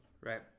Right